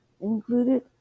included